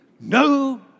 No